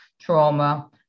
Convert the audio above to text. trauma